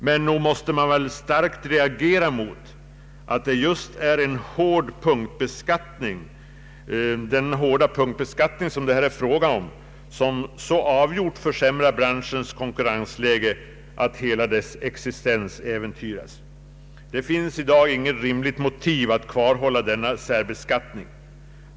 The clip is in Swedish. Men nog måste man reagera starkt mot att just den hårda punktbeskattning, som det här är fråga om, så avgjort försämrar branschens konkurrensläge att hela dess existens äventyras. Det finns i dag inget rimligt motiv till att kvarhålla denna särbeskattning.